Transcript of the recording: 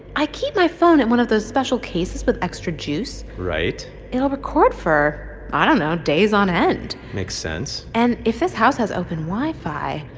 i keep my phone in one of those special cases with extra juice right it'll record for i don't know days on end makes sense and if this house has open wi-fi,